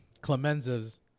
Clemenza's